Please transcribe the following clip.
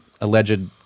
alleged